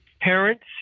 parents